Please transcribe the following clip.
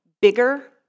bigger